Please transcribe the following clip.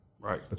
Right